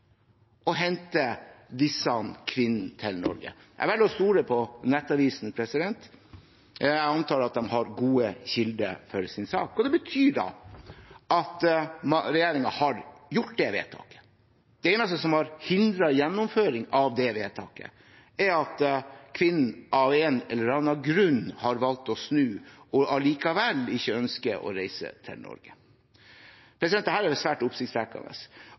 å hente disse kvinnene til Norge – jeg velger å stole på Nettavisen, jeg antar at de har gode kilder for sin sak. Det betyr at regjeringen har gjort det vedtaket. Det eneste som har hindret gjennomføring av det vedtaket, er at kvinnen av en eller annen grunn har valgt å snu og allikevel ikke ønsker å reise til Norge. Dette er svært oppsiktsvekkende,